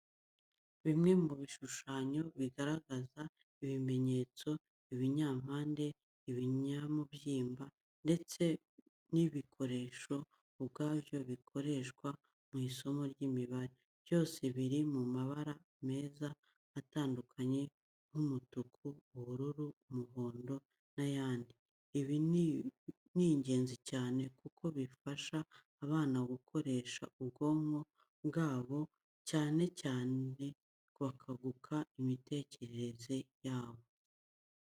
Bimwe mu bishushanyo bigaragaza ibimenyetso, ibinyampande, ibinyamubyimba ndetse n'ibikoresho ubwabyo bikoreshwa mu isomo ry'imibare. Byose biri mu mabara meza atandukanye nk'umutuku, ubururu, umuhondo n'ayandi. Ibi ni ingenzi cyane kuko bifasha abana gukoresha ubwonko bwabo cyane ndetse bakaguka imitekerereze yabo.